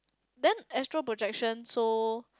then astral projection so